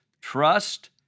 trust